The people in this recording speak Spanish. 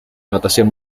notación